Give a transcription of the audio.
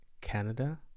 canada